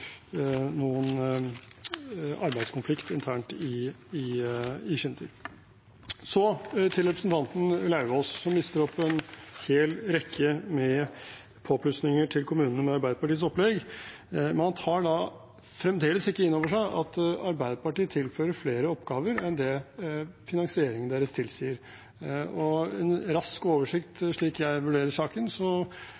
arbeidskonflikt internt i Schindler. Så til representanten Lauvås, som lister opp en hel rekke med påplussinger til kommunene med Arbeiderpartiets opplegg: Da tar man fremdeles ikke inn over seg at Arbeiderpartiet tilfører flere oppgaver enn det finansieringen deres tilsier. Med en rask oversikt,